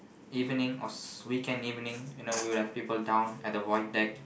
evening or weekend evening you know we would have people down at the void deck